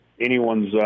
anyone's